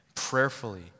prayerfully